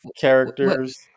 characters